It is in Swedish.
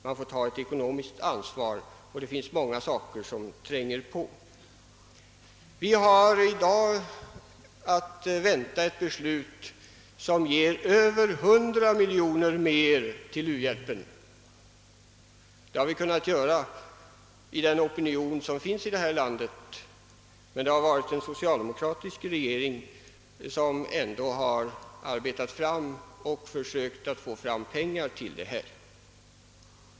Man får ta ett ekonomiskt ansvar, ty det finns många trängande behov att tillgodose. Vi har i dag att vänta ett beslut som innebär att vi ger över 100 miljoner kronor mer till u-hjälpen nästa budgetår. Det har vi kunnat göra tack vare den opinion som finns i detta land, men det har varit en socialdemokratisk regering som har arbetat fram den opinionen och försökt få pengar till detta.